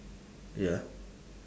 ya